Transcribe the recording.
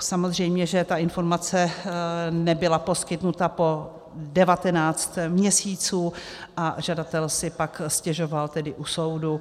Samozřejmě že ta informace nebyla poskytnuta po 19 měsíců a žadatel si pak stěžoval tedy u soudu.